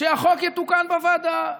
שהחוק יתוקן בוועדה,